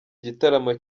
igitaramo